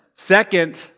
Second